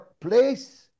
place